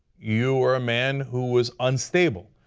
you were a man who was unstable.